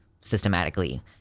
systematically